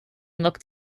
looked